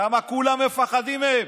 למה כולם מפחדים מהם.